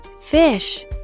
fish